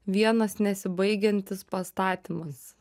vienas nesibaigiantis pastatymas